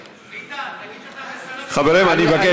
ביטן, תגיד שאתה מסרב, חברים, אני מבקש.